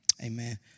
Amen